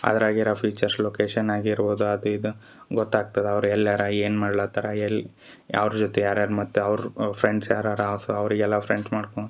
ಅದ್ರಾಗ ಇರೋ features location ಆಗಿರ್ಬೋದು ಅದು ಇದು ಗೊತ್ತಾಗ್ತದ ಅವ್ರು ಎಲ್ಯಾರ ಏನು ಮಾಡ್ಲತರ ಎಲ್ಲಿ ಅವ್ರ ಜೊತೆ ಯಾರ್ಯಾರು ಮತ್ತು ಅವರು ಅವ್ರ ಫ್ರೆಂಡ್ಸ್ ಯಾರಾರ ಸೊ ಅವರಿಗೆಲ್ಲ ಫ್ರೆಂಡ್ಸ್ ಮಾಡ್ಕೊಂಡು